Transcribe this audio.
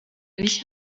ich